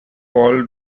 paul